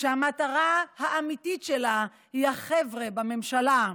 כשהמטרה האמיתית שלה היא החבר'ה בממשלה.